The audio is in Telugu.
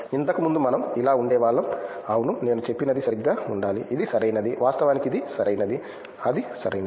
ఇంతకుముందు మనం ఇలా ఉండేవాళ్ళం అవును నేను చెప్పినది సరిగ్గా ఉండాలి ఇది సరైనది వాస్తవానికి ఇది సరైనది అది సరైనది